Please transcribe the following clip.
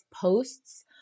posts